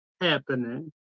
happening